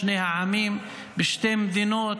שני העמים בשתי מדינות,